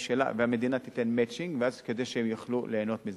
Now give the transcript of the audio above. והמדינה תיתן "מצ'ינג" כדי שהם יוכלו ליהנות מזה.